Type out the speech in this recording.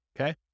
okay